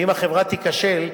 ואם החברה תיכשל,